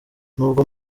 nubwo